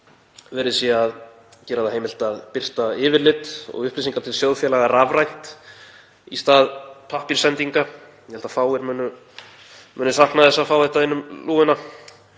verið sé að gera það heimilt að birta yfirlit og upplýsingar til sjóðfélaga rafrænt í stað pappírssendinga. Ég held að fáir muni sakna þess að fá þetta inn um lúguna